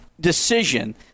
decision